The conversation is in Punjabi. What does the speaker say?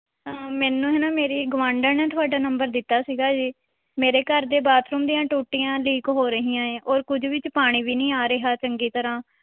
ਮੈਨੂੰ ਹੈ ਨਾ ਮੇਰੀ ਗਵਾਂਢਣ ਨੇ ਤੁਹਾਡਾ ਨੰਬਰ ਦਿੱਤਾ ਸੀ ਜੀ ਮੇਰੇ ਘਰ ਦੇ ਬਾਥਰੂਮ ਦੀਆਂ ਟੂਟੀਆਂ ਲੀਕ ਹੋ ਰਹੀਆਂ ਹੈ ਔਰ ਕੁਝ ਵਿੱਚ ਪਾਣੀ ਵੀ ਨਹੀਂ ਆ ਰਿਹਾ ਚੰਗੀ ਤਰ੍ਹਾਂ